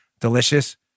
delicious